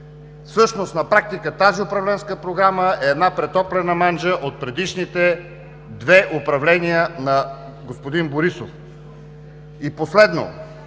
Всъщност на практика тази управленска програма е една претоплена манджа от предишните две управления на господин Борисов. И последно,